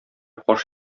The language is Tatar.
каш